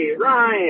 ryan